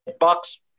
Bucks